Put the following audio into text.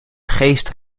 geest